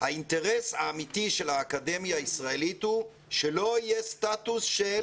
האינטרס האמיתי של האקדמיה הישראלית הוא שלא יהיה סטטוס של